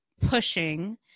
pushing